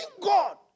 God